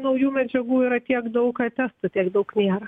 naujų medžiagų yra tiek daug kad testų tiek daug nėra